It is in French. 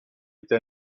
été